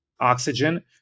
oxygen